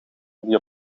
die